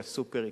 לסופר,